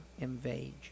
invade